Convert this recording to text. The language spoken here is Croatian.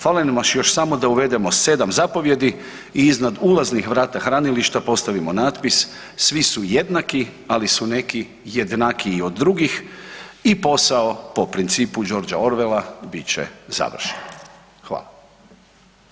Fali nam još samo da uvedemo 7 zapovijedi i iznad ulaznih vrata hranilišta postavimo natpis „Svi su jednaki ali su neki jednakiji od drugih“ i posao po principu Georga Orwella, bit će završeno.